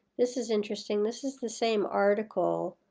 this is interesting. this is the same article,